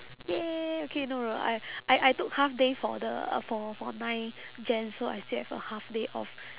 !yay! okay no no no I I I took half day for the uh for for nine jan so I still have a half day off